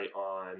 on